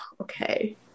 okay